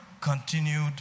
continued